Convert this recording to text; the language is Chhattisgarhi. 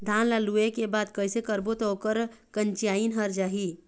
धान ला लुए के बाद कइसे करबो त ओकर कंचीयायिन हर जाही?